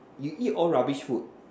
you eat all rubbish food